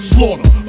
Slaughter